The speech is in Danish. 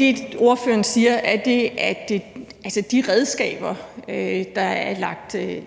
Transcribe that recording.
det, ordføreren siger, at de redskaber, der er